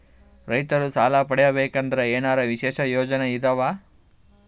ರೈತರು ಸಾಲ ಪಡಿಬೇಕಂದರ ಏನರ ವಿಶೇಷ ಯೋಜನೆ ಇದಾವ?